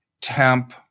temp